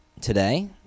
Today